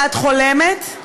את חולמת,